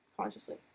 consciously